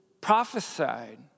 prophesied